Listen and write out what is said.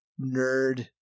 nerd